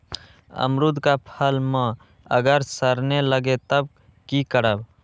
अमरुद क फल म अगर सरने लगे तब की करब?